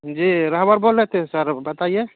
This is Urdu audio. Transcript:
جی رہبر بول رہے تھے سر بتائیے